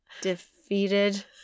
defeated